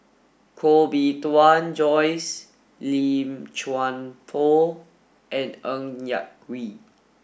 Koh Bee Tuan Joyce Lim Chuan Poh and Ng Yak Whee